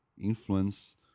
influence